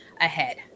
ahead